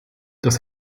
das